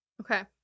Okay